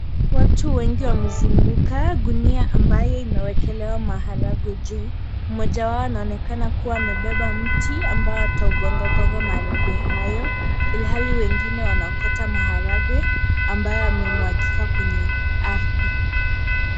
Watubwengi wamezunguka gunia imo na maharage juu, mmoja wao amebeba mti kugonga maharage, wengine wanaokota ambayo yamemwagika kwenye ardhi.